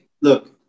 look